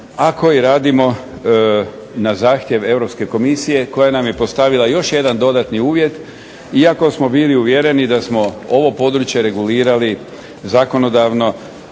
koji radimo na zahtjev Europske komisije koja nam je postavila još jedan dodatni uvjeti, iako smo bili uvjereni da smo ovo područje regulirali zakonodavno